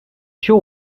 show